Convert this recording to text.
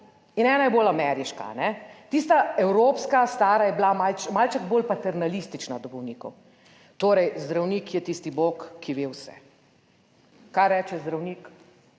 in ena je bolj ameriška. Tista evropska stara je bila malček bolj paternalistična do bolnikov, torej zdravnik je tisti bog, ki ve vse, kar reče zdravnik.